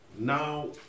now